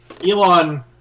Elon